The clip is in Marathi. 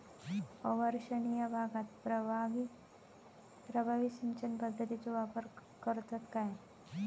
अवर्षणिय भागात प्रभावी सिंचन पद्धतीचो वापर करतत काय?